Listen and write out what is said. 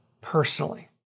personally